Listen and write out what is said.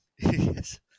Yes